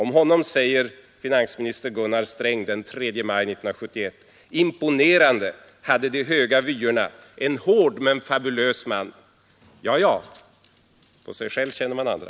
Om honom säger finansminister Gunnar Sträng den 3 maj 1971: ”Imponerande, hade de höga vyerna, en hård men fabulös man.” — Ja, ja, på sig själv känner man andra.